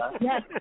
Yes